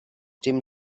dim